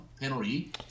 Penalty